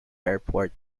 airport